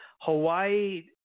Hawaii